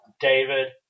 David